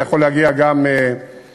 זה יכול להגיע גם מרצונם,